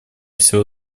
все